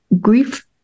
Grief